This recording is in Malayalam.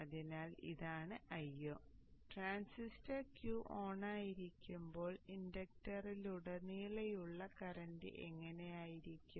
അതിനാൽ ഇതാണ് Io ട്രാൻസിസ്റ്റർ Q ഓൺ ആയിരിക്കുമ്പോൾ ഇൻഡക്ടറിലൂടെയുള്ള കറന്റ് എങ്ങനെയായിരിക്കും